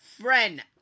friend